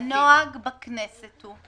הנוהג בכנסת הוא,